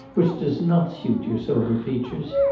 which does not suit your sober features.